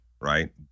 right